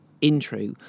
intro